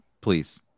Please